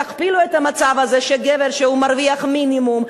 תכפילו את המצב הזה: כשגבר שמרוויח שכר מינימום,